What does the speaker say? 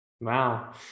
Wow